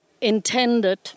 intended